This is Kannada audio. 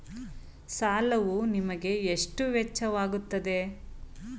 ಸಾಲವು ನಿಮಗೆ ಎಷ್ಟು ವೆಚ್ಚವಾಗುತ್ತದೆ?